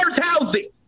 housing